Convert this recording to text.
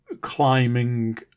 climbing